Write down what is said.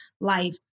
life